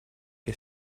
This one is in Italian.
che